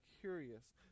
curious